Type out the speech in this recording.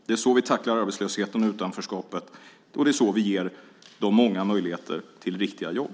Det är så vi tacklar arbetslösheten och utanförskapet, och det är så vi ger de många möjligheter till riktiga jobb.